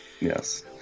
Yes